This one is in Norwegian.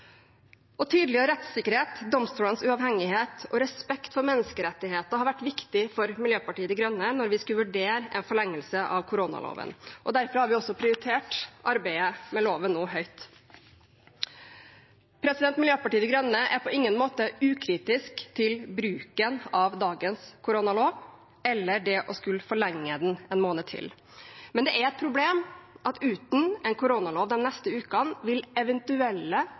tydeliggjøre rettssikkerhet, domstolenes uavhengighet og respekt for menneskerettighetene har vært viktig for Miljøpartiet De Grønne når vi skulle vurdere en forlengelse av koronaloven. Derfor har vi nå også prioritert arbeidet med loven høyt. Miljøpartiet De Grønne er på ingen måte ukritisk til bruken av dagens koronalov eller det å skulle forlenge den én måned til. Men det er et problem at uten en koronalov de neste ukene vil eventuelle